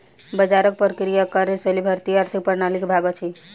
बजारक प्रक्रिया आ कार्यशैली भारतीय आर्थिक प्रणाली के भाग अछि